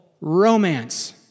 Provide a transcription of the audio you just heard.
romance